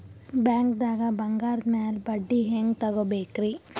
ಬ್ಯಾಂಕ್ದಾಗ ಬಂಗಾರದ್ ಮ್ಯಾಲ್ ಬಡ್ಡಿ ಹೆಂಗ್ ತಗೋಬೇಕ್ರಿ?